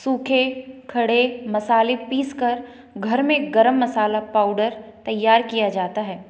सूखे खड़े मसाले पीसकर घर में गरम मसाला पाउडर तैयार किया जाता है